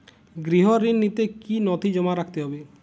গৃহ ঋণ নিতে কি কি নথি জমা রাখতে হবে?